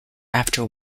after